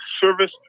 service